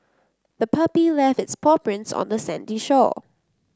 the puppy left its paw prints on the sandy shore